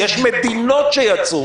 יש מדינות שיצאו.